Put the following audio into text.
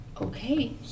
Okay